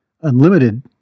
unlimited